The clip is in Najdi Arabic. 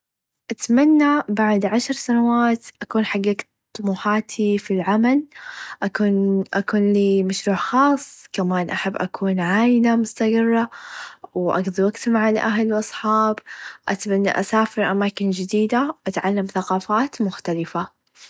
أتمنى بعد عشر سنوات اكون حققت طموحاتي في العمل اكونلي مشروع خاص كمان احب اكون عايله مستقله و اقدي وقت مع الاهل و الاصحاب اتمنى اسافر اماكن چديده اتعلم ثقافات مختلفه.